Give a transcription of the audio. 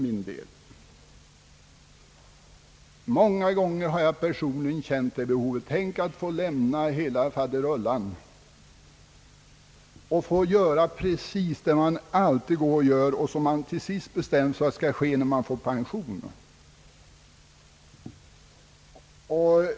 Många gånger har jag personligen känt behov av sådan ledighet. Tänk att få lämna allt och få göra precis det man alltid längtat efter och till slut bestämt sig för att göra när man får pension!